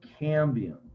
cambium